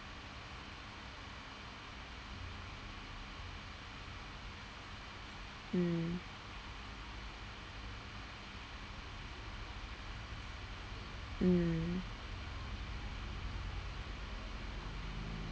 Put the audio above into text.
mm mm